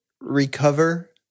recover